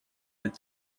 that